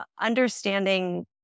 understanding